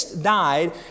died